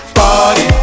party